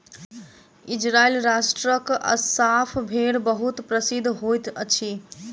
Israel राष्ट्रक अस्साफ़ भेड़ बहुत प्रसिद्ध होइत अछि